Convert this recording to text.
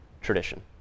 tradition